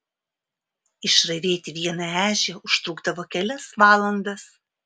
išravėti vieną ežią užtrukdavo kelias valandas